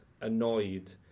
annoyed